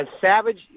Savage